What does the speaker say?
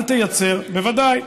אל תייצר, בוודאי,